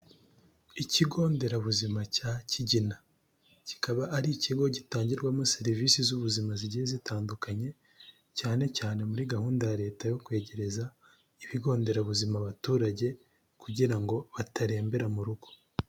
Ikigo nderabuzima cya Kigina, kikaba ari ikigo gitangirwamo serivisi z'ubuzima zigiye zitandukanye, cyane cyane muri gahunda ya Leta yo kwegereza ibigo nderabuzima abaturage kugira ngo batarembera mu rugo.